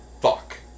fuck